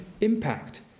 impact